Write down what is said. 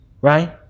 Right